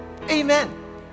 amen